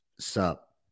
sup